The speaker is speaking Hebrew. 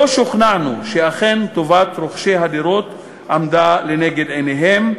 לא שוכנענו שאכן טובת רוכשי הדירות עמדה לנגד עיניהם.